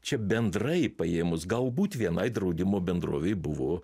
čia bendrai paėmus galbūt vienai draudimo bendrovei buvo